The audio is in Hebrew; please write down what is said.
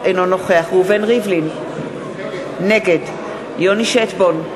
אינו נוכח ראובן ריבלין, נגד יוני שטבון,